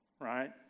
right